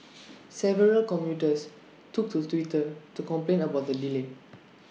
several commuters took to Twitter to complain about the delay